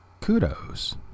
kudos